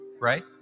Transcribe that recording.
right